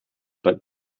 but